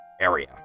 area